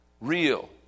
real